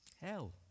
Hell